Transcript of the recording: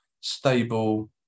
stable